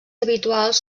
habituals